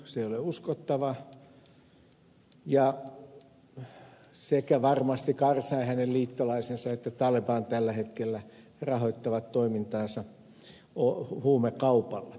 se ei ole uskottava ja varmasti sekä karzai hänen liittolaisena että taleban tällä hetkellä rahoittavat toimintaansa huumekaupalla